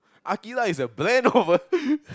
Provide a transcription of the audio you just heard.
aqilah is a brand of a